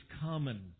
common